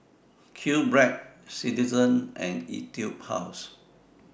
QBread Citizen and Etude House